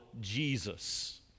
Jesus